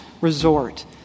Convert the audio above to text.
resort